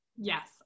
Yes